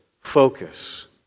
focus